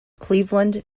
cleveland